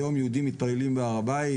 היום יהודים מתפללים בהר הבית